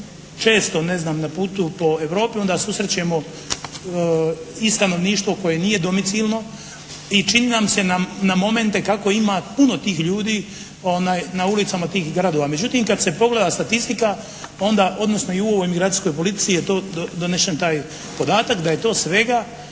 često ne znam na putu po Europi onda susrećemo i stanovništvo koje nije domicilno, i čini nam se na momente kako ima puno tih ljudi na ulicama tih gradova. Međutim, kad se pogleda statistika onda, odnosno i u ovoj migracijskoj politici je to donesen taj podatak da je to svega